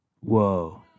Whoa